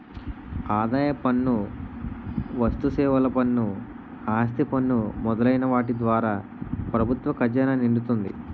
ఆదాయ పన్ను వస్తుసేవల పన్ను ఆస్తి పన్ను మొదలైన వాటి ద్వారా ప్రభుత్వ ఖజానా నిండుతుంది